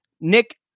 Nick